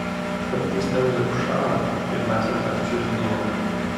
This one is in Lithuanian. kartais temzė užšąla ir mes ant jos čiužinėjame